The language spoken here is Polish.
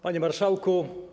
Panie Marszałku!